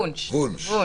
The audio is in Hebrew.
אני